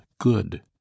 good